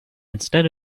instead